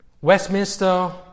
Westminster